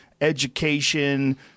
education